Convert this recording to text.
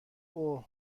اوه